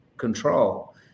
control